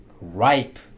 ripe